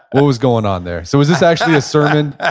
what was going on there? so was this actually a sermon?